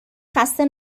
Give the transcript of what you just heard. خسته